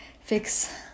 fix